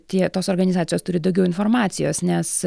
tie tos organizacijos turi daugiau informacijos nes